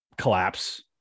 collapse